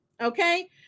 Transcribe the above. Okay